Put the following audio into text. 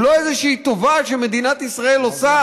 הוא לא איזושהי טובה שמדינת ישראל עושה